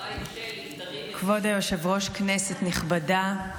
כבוד היושב-ראש, כנסת נכבדה,